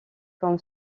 comme